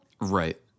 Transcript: Right